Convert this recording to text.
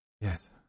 Yes